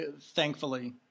thankfully